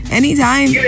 anytime